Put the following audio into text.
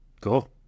Cool